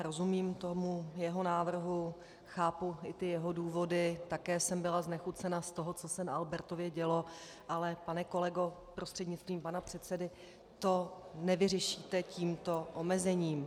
Rozumím jeho návrhu, chápu jeho důvody, také jsem byla znechucena z toho, co se na Albertově dělo, ale pane kolego prostřednictvím pana předsedy, to nevyřešíte tímto omezením.